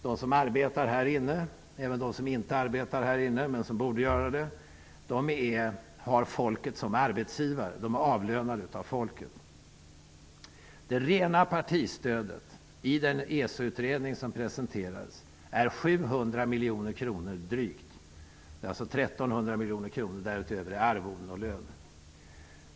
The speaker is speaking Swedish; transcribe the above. De som arbetar här inne, och även de här inne som inte arbetar men som borde göra det, har folket som arbetsgivare. De är avlönade av folket. Det rena partistödet uppgår till drygt 700 miljoner, enligt den utredning som har presenterats. Därutöver går 1 300 miljoner kronor till arvoden och löner.